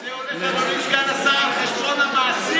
אבל זה הולך, אדוני סגן השר, על חשבון המעסיק.